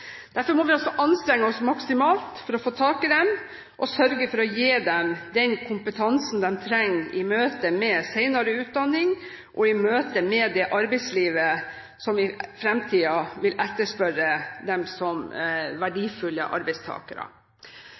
Derfor må vi anstrenge oss maksimalt for å få tak i dem og sørge for å gi dem den kompetansen de trenger i møte med senere utdanning og i møte med det arbeidslivet som i fremtiden vil etterspørre dem som verdifulle arbeidstakere.